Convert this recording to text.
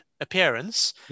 appearance